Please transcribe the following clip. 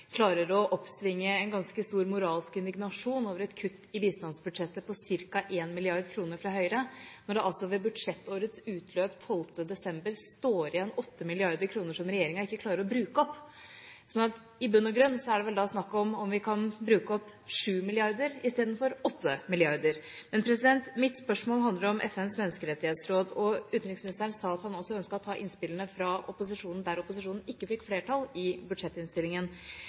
klarer å oppvise en ganske stor moralsk indignasjon over et kutt i bistandsbudsjettet på ca. 1 mrd. kr fra Høyre, når det altså ved budsjettårets utløp 12. desember står igjen 8 mrd. kr som regjeringa ikke klarer å bruke opp. I bunn og grunn er det vel da snakk om om vi kan bruke opp 7 mrd. kr istedenfor 8 mrd. kr. Men mitt spørsmål handler om FNs menneskerettighetsråd. Utenriksministeren sa at han også ønsket å ta innspillene fra opposisjonen der opposisjonen ikke fikk flertall i budsjettinnstillingen.